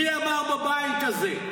מי אמר בבית הזה?